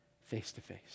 face-to-face